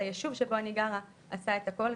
היישוב שבו אני גרה עשה את הכל,